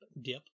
dip